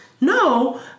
no